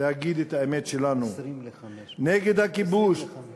להגיד את האמת שלנו נגד הכיבוש